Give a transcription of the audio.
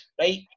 right